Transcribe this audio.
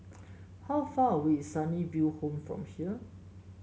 how far away is Sunnyville Home from here